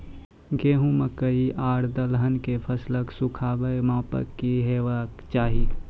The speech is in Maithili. गेहूँ, मकई आर दलहन के फसलक सुखाबैक मापक की हेवाक चाही?